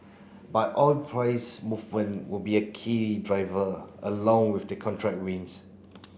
but oil price movement will be a key driver along with the contract wins